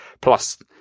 Plus